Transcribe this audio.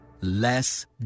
Less